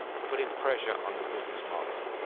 putting pressure on the business model.